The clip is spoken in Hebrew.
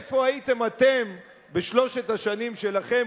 איפה הייתם אתם בשלוש השנים שלכם,